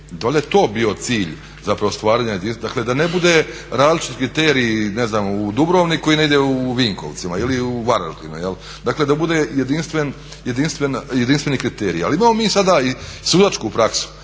je to bio cilj zapravo stvaranja. Da ne bude različit kriterij ne znam u Dubrovniku i negdje u Vinkovcima ili u Varaždinu jel', dakle da bude jedinstveni kriterij. Ali imamo mi sada i sudačku praksu